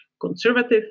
Conservative